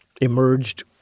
emerged